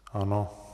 Ano.